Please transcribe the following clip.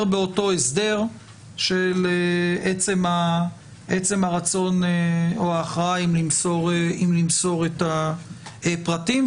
באותו הסדר של עצם הרצון או ההכרעה אם למסור את הפרטים.